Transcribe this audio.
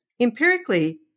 Empirically